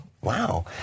Wow